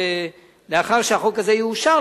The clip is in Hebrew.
ולאחר שהחוק הזה יאושר,